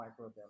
microbiome